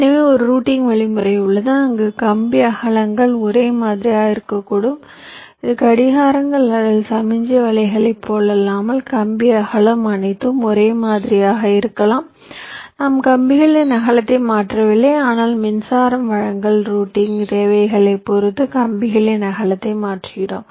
எனவே ஒரு ரூட்டிங் வழிமுறை உள்ளது அங்கு கம்பி அகலங்கள் ஒரே மாதிரியாக இருக்கக்கூடும் இது கடிகாரங்கள் அல்லது சமிக்ஞை வலைகளைப் போலல்லாமல் கம்பி அகலம் அனைத்தும் ஒரே மாதிரியாக இருக்கும் நாம் கம்பிகளின் அகலத்தை மாற்றவில்லை ஆனால் மின்சாரம் வழங்கல் ரூட்டிங்கில் தேவைகளைப் பொறுத்து கம்பிகளின் அகலத்தை மாற்றுகிறோம்